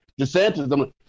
DeSantis